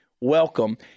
welcome